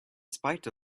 spite